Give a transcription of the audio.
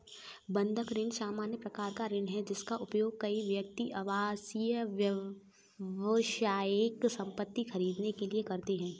बंधक ऋण सामान्य प्रकार का ऋण है, जिसका उपयोग कई व्यक्ति आवासीय, व्यावसायिक संपत्ति खरीदने के लिए करते हैं